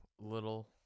little